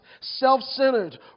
self-centered